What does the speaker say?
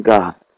God